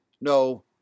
no